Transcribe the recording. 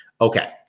Okay